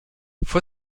fue